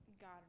God